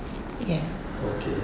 yes